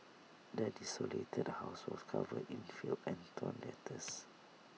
the desolated house was covered in filth and torn letters